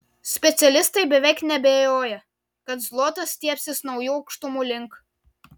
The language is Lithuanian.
specialistai beveik neabejoja kad zlotas stiebsis naujų aukštumų link